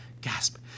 Gasp